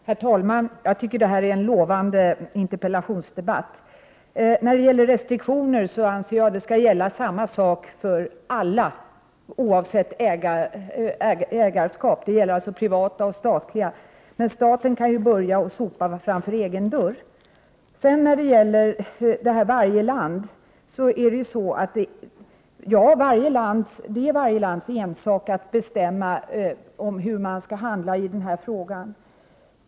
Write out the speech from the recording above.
Herr talman! Jag tycker att detta är en lovande interpellationsdebatt. När det gäller restriktioner anser jag att samma sak skall gälla för alla oavsett ägarskap — det gäller alltså såväl privata såväl som statliga företag. Men staten kan ju börja sopa rent framför egen dörr. När det gäller andra länder så är det naturligtvis varje lands ensak att bestämma hur man skall handla i den här frågan.